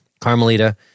Carmelita